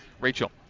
Rachel